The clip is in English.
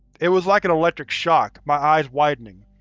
it was like an electric shock, my eyes widening,